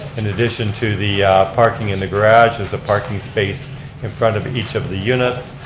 in addition to the parking in the garage, there's a parking space in front of each of the units.